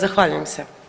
Zahvaljujem se.